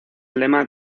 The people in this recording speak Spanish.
lema